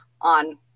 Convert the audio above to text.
on